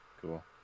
cool